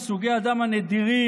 מסוגי הדם הנדירים,